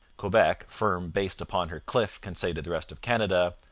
quebec, firm based upon her cliff, can say to the rest of canada,